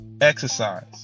exercise